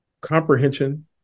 comprehension